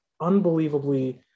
unbelievably